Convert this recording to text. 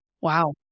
wow